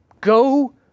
Go